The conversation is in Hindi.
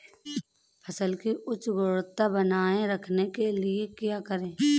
फसल की उच्च गुणवत्ता बनाए रखने के लिए क्या करें?